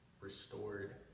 restored